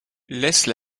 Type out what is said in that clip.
laissent